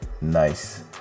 Nice